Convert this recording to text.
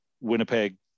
Winnipeg